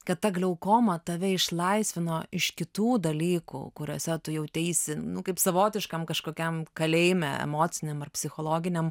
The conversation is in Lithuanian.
kad ta glaukoma tave išlaisvino iš kitų dalykų kuriuose tu jauteisi nu kaip savotiškam kažkokiam kalėjime emociniam ar psichologiniam